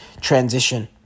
transition